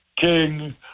King